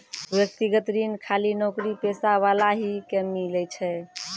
व्यक्तिगत ऋण खाली नौकरीपेशा वाला ही के मिलै छै?